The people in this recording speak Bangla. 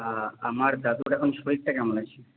আমার দাদুর এখন শরীরটা কেমন আছে